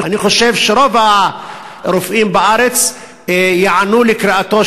אני חושב שרוב הרופאים בארץ ייענו לקריאתו